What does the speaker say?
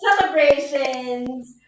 celebrations